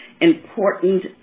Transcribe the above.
important